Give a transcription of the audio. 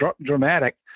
dramatic